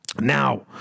Now